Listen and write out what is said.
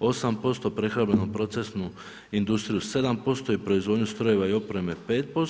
8%, prehrambenoprocesnu industriju 7% i proizvodnju strojeva i opreme 5%